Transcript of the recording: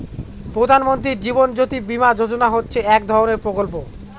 প্রধান মন্ত্রী জীবন জ্যোতি বীমা যোজনা হচ্ছে এক ধরনের প্রকল্প